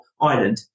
island